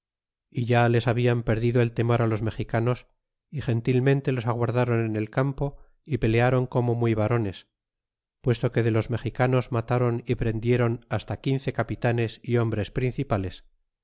e ya les hablan perdido el temor á los mexicanos y gentilmente los aguardron en el campo y pelearon como muy varones puesto que de los mexicanos mataron y prendiéron hasta quince capitanes y hombres principales